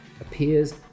appears